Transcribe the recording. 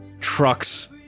trucks